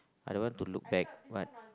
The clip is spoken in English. I don't want to looked back but